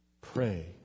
pray